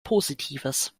positives